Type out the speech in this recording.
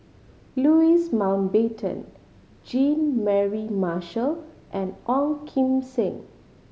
Louis Mountbatten Jean Mary Marshall and Ong Kim Seng